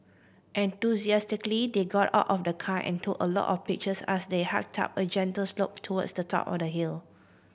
enthusiastically they got out of the car and took a lot of pictures as they hiked up a gentle slope towards the top of the hill